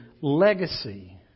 legacy